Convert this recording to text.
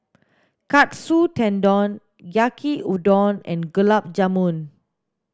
Katsu Tendon Yaki Udon and Gulab Jamun